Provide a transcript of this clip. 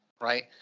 Right